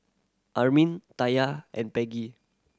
Armin Taya and Peggie